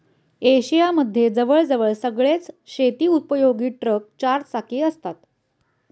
Asia मध्ये जवळ जवळ सगळेच शेती उपयोगी ट्रक चार चाकी असतात